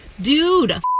Dude